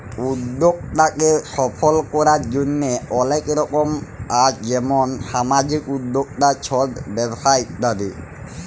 উদ্যক্তাকে সফল করার জন্হে অলেক রকম আছ যেমন সামাজিক উদ্যক্তা, ছট ব্যবসা ইত্যাদি